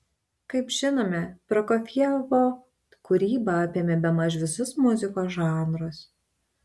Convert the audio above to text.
kaip žinome prokofjevo kūryba apėmė bemaž visus muzikos žanrus